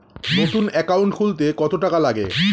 নতুন একাউন্ট খুলতে কত টাকা লাগে?